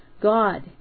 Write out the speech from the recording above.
God